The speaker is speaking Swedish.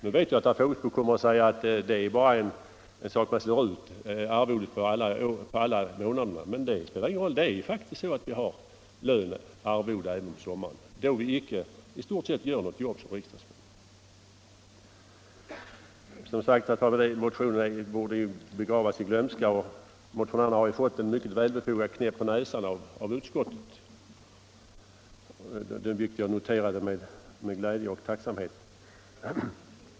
Nu vet jag att herr Fågelsbo kommer att säga att man slår ut arvodet på årets alla månader; men det spelar ingen roll: det är faktiskt så att vi har arvode även på sommaren, då vi i stort sett icke gör något jobb som riksdagsledamöter. Som sagt, motionen borde begravas i glömska, och motionärerna har fått en mycket befogad knäpp på näsan av utskottet, vilket jag noterat med glädje och tacksamhet.